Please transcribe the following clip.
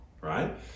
right